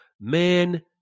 man